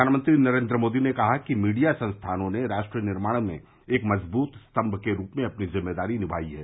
प्रधानमंत्री नरेन्द्र मोदी ने कहा है कि मीडिया संस्थानों ने राष्ट्र निर्माण में एक मजबूत स्तम्म के रूप में अपनी जिम्मेदारी निमाई है